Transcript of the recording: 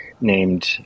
named